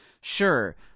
Sure